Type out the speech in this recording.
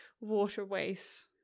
waterways